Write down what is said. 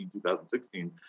2016